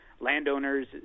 landowners